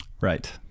Right